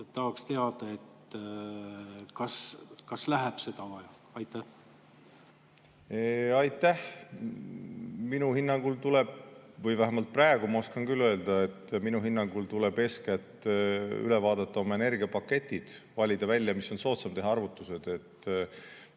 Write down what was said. Tahaksin teada, et kas läheb seda vaja. Aitäh! Minu hinnangul tuleb – vähemalt praegu ma oskan küll öelda, et minu hinnangul tuleb – eeskätt üle vaadata oma energiapaketid, valida välja, mis on soodsam, ja teha arvutused.